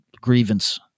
grievance